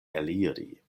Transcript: eliri